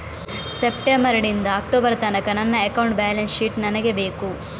September ನಿಂದ October ತನಕ ನನ್ನ ಅಕೌಂಟ್ ಬ್ಯಾಲೆನ್ಸ್ ಶೀಟ್ ನನಗೆ ಬೇಕು